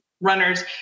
runners